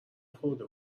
خورده